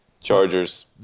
Chargers